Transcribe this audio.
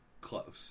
Close